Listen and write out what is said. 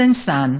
סן-סנס,